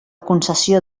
concessió